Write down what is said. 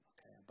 Okay